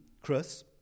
Chris